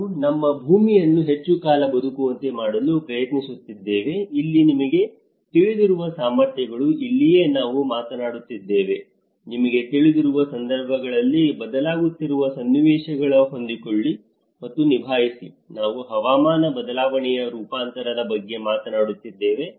ನಾವು ನಮ್ಮ ಭೂಮಿಯನ್ನು ಹೆಚ್ಚು ಕಾಲ ಬದುಕುವಂತೆ ಮಾಡಲು ಪ್ರಯತ್ನಿಸುತ್ತಿದ್ದೇವೆ ಇಲ್ಲಿ ನಿಮಗೆ ತಿಳಿದಿರುವ ಸಾಮರ್ಥ್ಯಗಳು ಇಲ್ಲಿಯೇ ನಾವು ಮಾತನಾಡುತ್ತಿದ್ದೇವೆ ನಿಮಗೆ ತಿಳಿದಿರುವ ಸಂದರ್ಭಗಳಿಗೆ ಬದಲಾಗುತ್ತಿರುವ ಸನ್ನಿವೇಶಗಳಿಗೆ ಹೊಂದಿಕೊಳ್ಳಿ ಮತ್ತು ನಿಭಾಯಿಸಿ ನಾವು ಹವಾಮಾನ ಬದಲಾವಣೆಯ ರೂಪಾಂತರದ ಬಗ್ಗೆ ಮಾತನಾಡುತ್ತಿದ್ದೇವೆ